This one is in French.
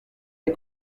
les